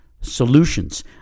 Solutions